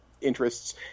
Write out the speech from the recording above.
interests